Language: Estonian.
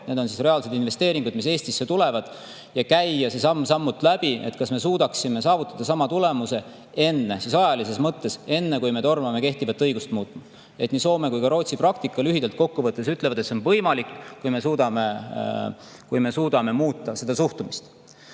Need on reaalsed investeeringud, mis Eestisse tulevad. On vaja käia see samm-sammult läbi, et kas me suudaksime saavutada sama tulemuse, enne kui me tormame kehtivat õigust muutma. Nii Soome kui ka Rootsi praktika lühidalt kokku võttes ütlevad, et see on võimalik, kui me suudame muuta seda suhtumist.